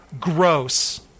Gross